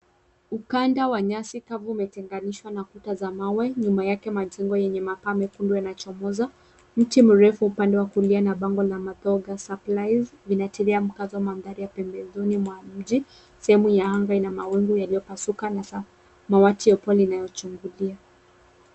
Ukanda wa nyasi kavu umetenganishwa na ukuta za mawe. Nyuma yake majengo yenye makaa mekundu yanachomoza. Mti mrefu upande wa kulia na bango la Matoga suppliers zinaashiria mukazo mandhari ya pembezoni mwa mji. Sehemu ya anga ina mawingu yaliyopasuka na samawati ya poli inayochungulia.